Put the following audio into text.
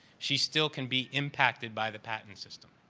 she still can be impacted by the patent system.